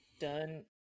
done